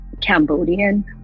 Cambodian